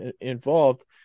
involved